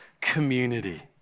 community